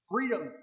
Freedom